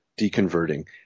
deconverting